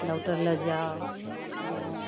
doctor लग जाउ जाइ